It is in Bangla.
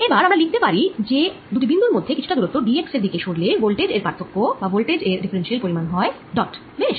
এবার আমরা লিখতে পারি যে দুটি বিন্দুর মধ্যে কিছুটা দুরত্ব dx এর দিকে সরলে ভোল্টেজ এর পার্থক্য বা ভোল্টেজ এর ডিফারেনশিয়াল পরিমাণ হয় ডট বেশ